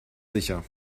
sicher